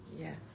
Yes